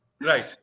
Right